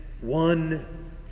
one